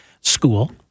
school